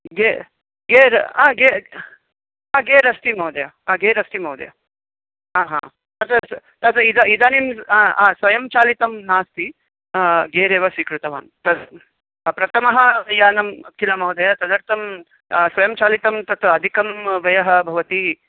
gear gear gear gear अस्ति महोदय gear अस्ति महोदय तत् तत् इदम् इदानीं स्वयं चालितं नास्ति गेर् एव स्वीकृतवान् तत् प्रथमः यानं किल महोदय तदर्थ् स्वयं चालितं तत् अधिकं व्ययः भवति